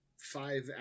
five